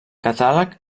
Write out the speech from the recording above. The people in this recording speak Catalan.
catàleg